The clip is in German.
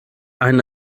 ein